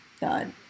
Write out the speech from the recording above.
God